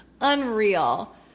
Unreal